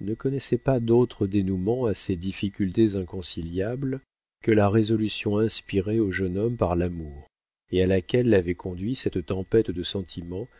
ne connaissait pas d'autre dénouement à ces difficultés inconciliables que la résolution inspirée au jeune homme par l'amour et à laquelle l'avait conduit cette tempête de sentiments